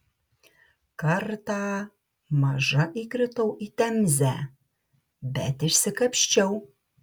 kartą maža įkritau į temzę bet išsikapsčiau